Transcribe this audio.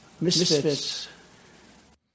misfits